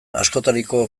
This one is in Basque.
askotariko